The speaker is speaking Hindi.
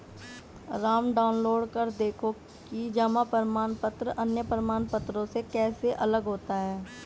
राम डाउनलोड कर देखो कि जमा प्रमाण पत्र अन्य प्रमाण पत्रों से कैसे अलग होता है?